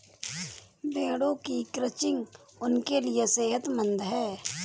भेड़ों की क्रचिंग उनके लिए सेहतमंद है